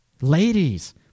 Ladies